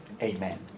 amen